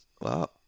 Wow